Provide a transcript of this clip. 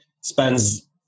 spends